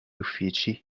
uffici